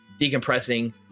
decompressing